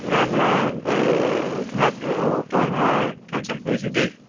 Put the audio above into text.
তোমাক মই তোমাক অটো মই কেঞ্চেল কৰিছোঁ দেই